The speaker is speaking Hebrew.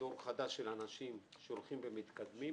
דור חדש של אנשים שהולכים ומתקדמים.